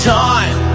time